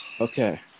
Okay